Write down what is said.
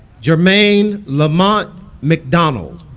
jermaine lamont mcdonald